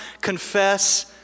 confess